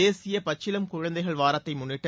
தேசிய பச்சிளம் குழந்தைகள் வாரத்தை முன்னிட்டு